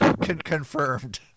confirmed